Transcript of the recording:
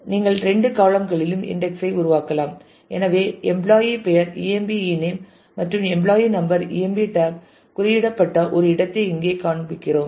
நீங்கள் இரண்டு காளம் களிலும் இன்டெக்ஸ் ஐ உருவாக்கலாம் எனவே எம்ப்ளாயி பெயர் emp ename மற்றும் எம்ப்ளாயி நம்பர் emp tab குறியிடப்பட்ட ஒரு இடத்தை இங்கே காண்பிக்கிறோம்